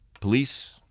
police